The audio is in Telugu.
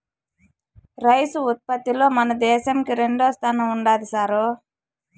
రైసు ఉత్పత్తిలో మన దేశంకి రెండోస్థానం ఉండాది సారూ